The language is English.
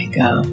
go